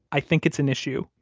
i think it's an issue.